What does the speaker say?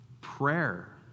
prayer